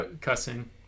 cussing